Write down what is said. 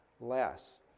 less